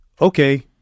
okay